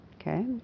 okay